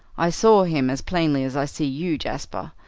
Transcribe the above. i saw him as plainly as i see you, jasper,